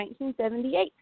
1978